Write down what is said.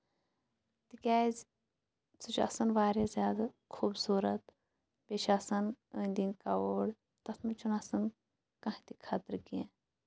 تِکیٛازِ سُہ چھُ آسان واریاہ زیادٕ خوٗبصوٗرت بیٚیہِ چھِ آسان أنٛدۍ أنٛدۍ کَوٲڈ تَتھ منٛز چھُنہٕ آسان کانٛہہ تہِ خطرٕ کیٚنٛہہ